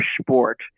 sport